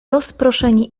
rozproszeni